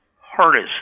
hardest